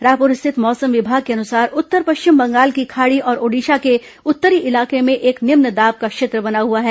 रायपुर स्थित मौसम विभाग के अनुसार उत्तर पश्चिम बंगाल की खाड़ी और ओड़िशा के उत्तरी इलाके में एक निम्न दाब का क्षेत्र बना हुआ है